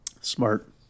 smart